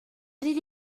did